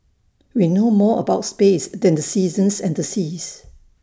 we know more about space than the seasons and the seas